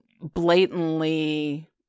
blatantly